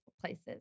places